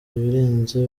ibirenze